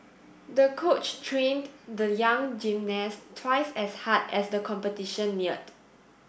the coach trained the young gymnast twice as hard as the competition neared